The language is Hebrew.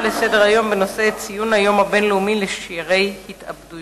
הקליטה והתפוצות